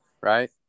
right